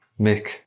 Mick